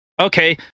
okay